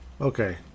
Okay